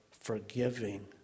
forgiving